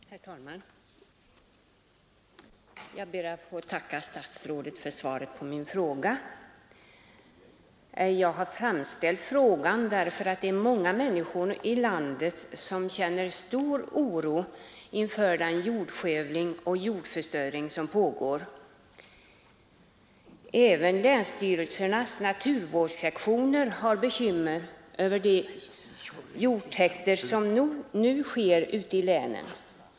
Herr talman! Jag ber att få tacka statsrådet för svaret på min fråga. Jag har framställt frågan därför att många människor i landet känner stor oro inför den jordskövling och jordförstöring som pågår. Även länstyrelsernas naturvårdssektioner har bekymmer över de jordtäkter som nu sker i länen.